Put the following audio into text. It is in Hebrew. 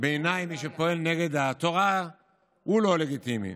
בעיניי מי שפועל נגד התורה הוא לא לגיטימי.